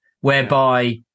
whereby